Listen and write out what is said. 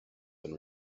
been